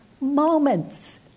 moments